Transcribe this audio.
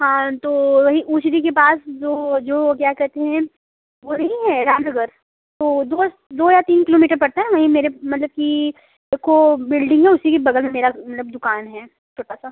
हाँ तो वहीं ऊंचडी के पास जो जो क्या कहते हैं वो नहीं है रामनगर तो दो दो या तीन किलोमीटर पड़ता है वहीं मेरे मतलब कि एक खो बिल्डिंग है उसी के बगल में मेरा मतलब दुकान है छोटा सा